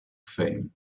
fame